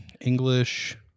English